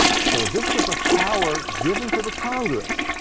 so this was a power given to the congress,